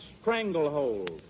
stranglehold